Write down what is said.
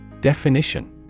Definition